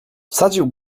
wsadził